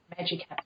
Magic